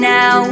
Now